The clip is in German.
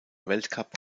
weltcup